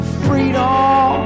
freedom